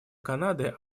канады